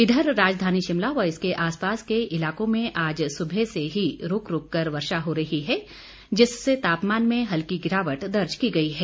इधर राजधानी शिमला व इसके आसपास के इलाकों में आज सुबह से ही रुक रुक कर वर्षा हो रही है जिससे तापमान में हल्की गिरावट दर्ज की गई है